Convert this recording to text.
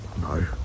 No